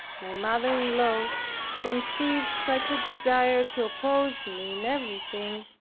my mother-in-law conceived such a desire to oppose me in everything,